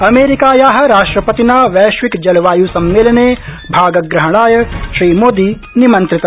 अमेरिकाया राष्ट्रपतिनावैश्विक जलवाय् सम्मेलनेभागग्रहणायश्रीमोदीनिमन्त्रित